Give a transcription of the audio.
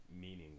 meaning